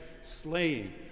slaying